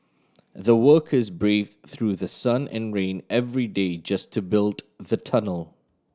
the workers braved through the sun and rain every day just to build the tunnel